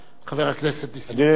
אדוני היושב-ראש, אתה יכול להמשיך.